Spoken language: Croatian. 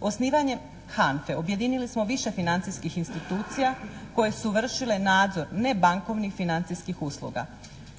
Osnivanje HANFA-e objedinili smo više financijskih institucija koje su vršile nadzor ne bankovnih financijskih usluga.